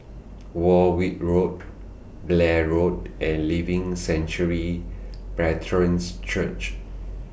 Warwick Road Blair Road and Living Sanctuary Brethren's Church